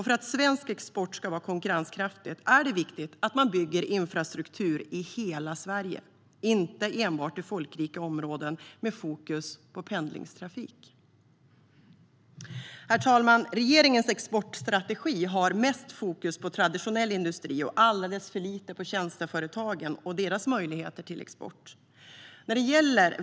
För att svensk export ska vara konkurrenskraftig är det viktigt att man bygger infrastruktur i hela Sverige, inte enbart i folkrika områden med fokus på pendlingstrafik. Herr talman! Regeringens exportstrategi har mest fokus på traditionell industri och alldeles för lite på tjänsteföretagen och deras möjligheter till export.